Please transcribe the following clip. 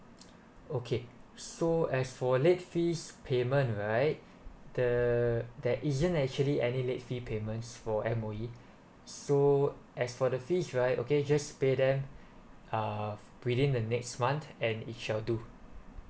okay so as for late fees payment right the there isn't actually any late fee payments for M_O_E so as for the fee right okay just pay them uh within the next month and it shall do